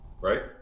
right